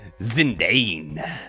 Zindane